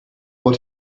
are